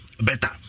better